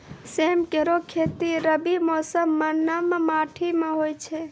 सेम केरो खेती रबी मौसम म नम माटी में होय छै